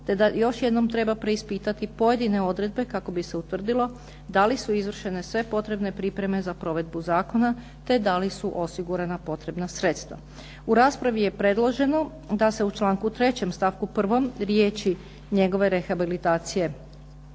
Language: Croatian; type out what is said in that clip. te da još jednom treba preispitati pojedine odredbe kako bi se utvrdilo da li su izvršene sve potrebne pripreme za provedbu Zakona te da li su osigurana potrebna sredstva. U raspravi je predloženo da se u članku 3. stavku 1. riječi njegove rehabilitacije